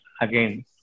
again